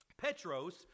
Petros